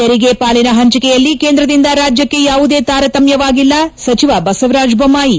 ತೆರಿಗೆ ಪಾಲಿನ ಹಂಚಿಕೆಯಲ್ಲಿ ಕೇಂದ್ರದಿಂದ ರಾಜ್ಯಕ್ಷೆ ಯಾವುದೇ ತಾರತಮ್ನವಾಗಿಲ್ಲ ಸಚಿವ ಬಸವರಾಜ ಬೊಮ್ನಾಯಿ